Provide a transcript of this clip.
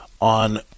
on